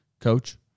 coach